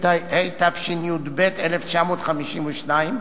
התשי"ב 1952,